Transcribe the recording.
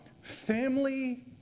family